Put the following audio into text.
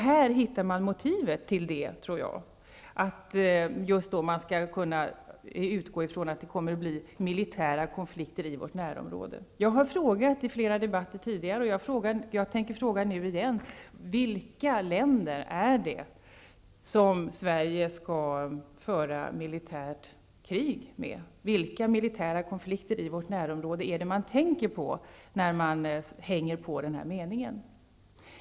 Här hittar man alltså motivet till detta, tror jag -- att man skall kunna utgå från att det kommer att bli militära konflikter i vårt närområde. Jag har i flera tidigare debatter frågat, och jag tänker fråga nu igen, vilka länder det är som Sverige skall föra militärt krig mot. Vilka militära konflikter i vårt närområde tänker man på när man lägger till denna mening?